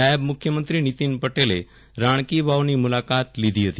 નાયબ મુખ્યમંત્રી નીતિન પટેલે રાણી કી વાવની મુલાકાત લીધી હતી